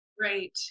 Right